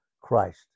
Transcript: Christ